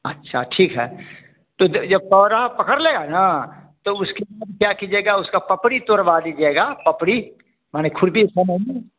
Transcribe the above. अच्छा ठीक है तो जब पौधा पकर लेगा ना तो उसके बाद क्या कीजिएगा उसका पपड़ी तोरवा दीजिएगा पपड़ी माने खुर्पी